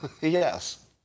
Yes